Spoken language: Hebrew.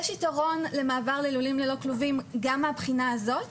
יש יתרון למעבר ללולים ללא כלובים גם מהבחינה הזאת.